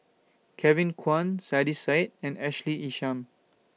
Kevin Kwan Saiedah Said and Ashley Isham